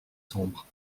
sombre